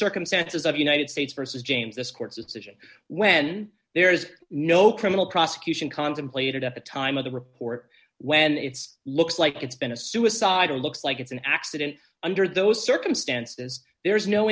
circumstances of united states versus james this court's decision when there is no criminal prosecution contemplated at the time of the report when it's looks like it's been a suicide and looks like it's an accident under those circumstances there is no